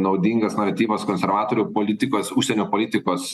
naudingas naratyvas konservatorių politikos užsienio politikos